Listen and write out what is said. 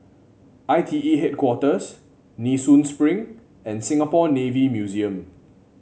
I T E Headquarters Nee Soon Spring and Singapore Navy Museum